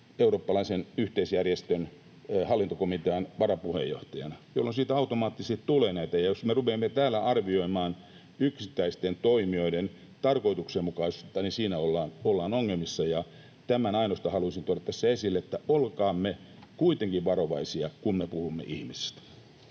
eurooppalaisen yhteisjärjestön hallintokomitean varapuheenjohtajana, jolloin siitä automaattisesti tulee näitä. Jos me rupeamme täällä arvioimaan yksittäisten toimijoiden tarkoituksenmukaisuutta, niin siinä ollaan ongelmissa. Ainoastaan tämän haluaisin tuoda tässä esille, että olkaamme kuitenkin varovaisia, kun me puhumme ihmisestä.